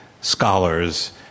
scholars